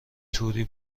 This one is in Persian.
توری